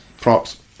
props